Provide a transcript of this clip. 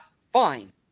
Fine